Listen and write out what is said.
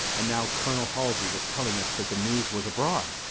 and now colonel halsey was telling us that the news was abroad!